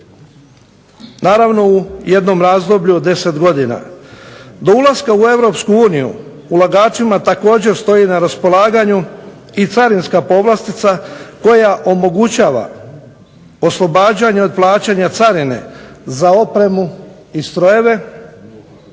Naravno u jednom razdoblju od 10 godina. Do ulaska u Europsku uniju ulagačima također stoji na raspolaganju i carinska povlastica koja omogućava oslobađanje od plaćanje carine za opremu i strojeve